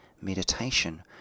meditation